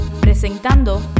Presentando